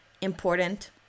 important